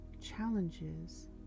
challenges